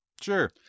sure